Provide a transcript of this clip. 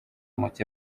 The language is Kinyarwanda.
muke